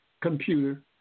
computer